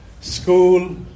school